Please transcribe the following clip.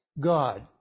God